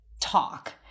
talk